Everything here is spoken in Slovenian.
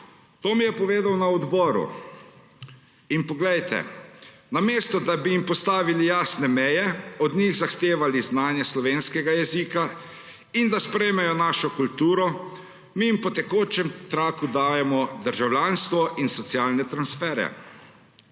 To mi je povedal na odboru. In poglejte, namesto da bi jim postavili jasne meje, od njih zahtevali znanje slovenskega jezika in da sprejmejo našo kulturo, jim mi kot po tekočem traku dajemo državljanstvo in socialne transferje.